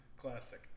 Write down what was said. Classic